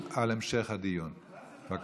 הצעת חוק הבחירות לכנסת העשרים-ושתיים